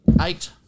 Eight